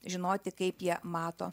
žinoti kaip jie mato